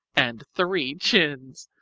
and three chins.